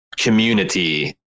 community